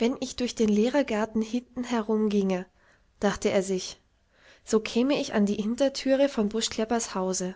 wenn ich durch den lehrergarten hinten herumginge dachte er sich so käme ich an die hinterthüre von buschkleppers hause